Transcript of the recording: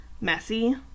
messy